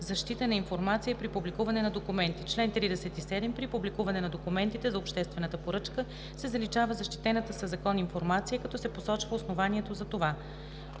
„Защита на информация при публикуване на документи Чл. 37. При публикуване на документите за обществената поръчка се заличава защитената със закон информация, като се посочва основанието за това.“